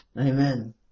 Amen